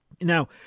Now